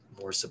more